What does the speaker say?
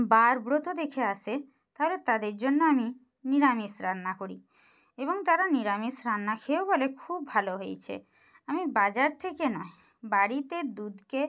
বার ব্রত দেখে আসে তাহলে তাদের জন্য আমি নিরামিষ রান্না করি এবং তারা নিরামিষ রান্না খেয়েও বলে খুব ভালো হয়েছে আমি বাজার থেকে নয় বাড়িতে দুধকে